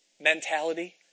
mentality